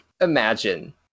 imagine